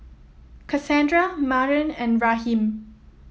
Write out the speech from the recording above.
Cassandra Maren and Raheem